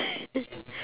okay